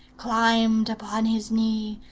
climbed upon his knee,